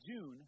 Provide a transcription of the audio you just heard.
June